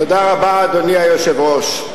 אדוני היושב-ראש,